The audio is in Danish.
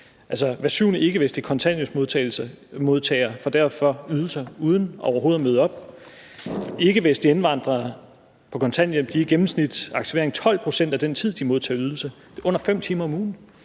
hver syvende ikkevestlige kontanthjælpsmodtager får derfor ydelser uden overhovedet at møde op. Ikkevestlige indvandrere på kontanthjælp er i gennemsnit i aktivering 12 pct. af den tid, de modtager ydelser i – det er under 5 timer om ugen.